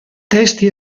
testi